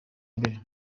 mbere